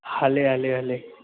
हले हले हले